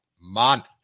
month